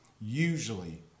usually